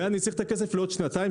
ואני צריך את הכסף לעוד שנתיים,